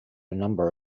number